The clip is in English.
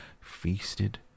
feasted